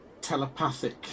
telepathic